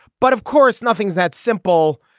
but of course, nothing is that simple.